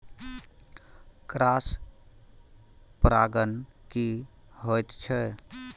Cross परागण की होयत छै?